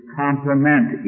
complement